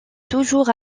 toujours